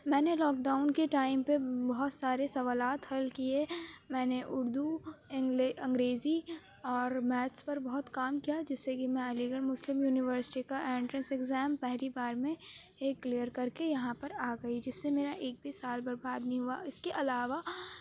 میں نے lockdown کے ٹائم پہ بہت سارے سوالات حل کیے میں نے اردو انگریزی اور میتھس پر بہت کام کیا جس سے کہ میں علی گڑھ مسلم یونیورسٹی کا انٹرینس اگزام پہلی بار میں ہی کلیئر کر کے یہاں پر آ گئی جس سے میرا ایک بھی سال برباد نہیں ہوا اس کے علاوہ